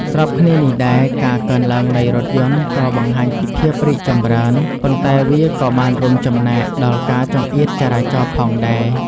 ស្របគ្នានេះដែរ ការកើនឡើងនៃ រថយន្ត ក៏បង្ហាញពីភាពរីកចម្រើន ប៉ុន្តែវាក៏បានរួមចំណែកដល់ការចង្អៀតចរាចរណ៍ផងដែរ។